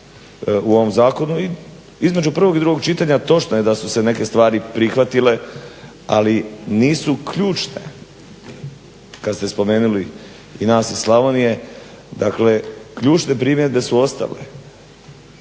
u ovom zakonu. I između 1. i 2. čitanja točno je da su se neke stvari prihvatili, ali nisu ključne. Kad ste spomenuli i nas iz Slavonije, dakle ključne primjedbe su ostale.